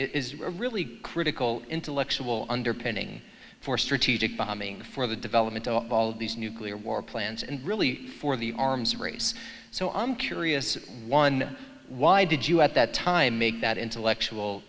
a really critical intellectual underpinning for strategic bombing for the development of all these nuclear war plans and really for the arms race so i'm curious one why did you at that time make that intellectual